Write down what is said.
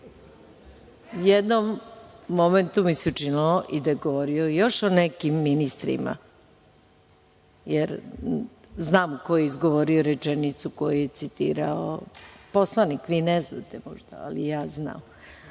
jednom momentu mi se učinilo i da je govorio još o nekim ministrima. Znam koju je rečenicu izgovorio, koju je citirao poslanik. Vi ne znate možda, ali ja znam.